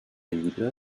llibre